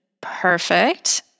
perfect